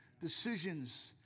Decisions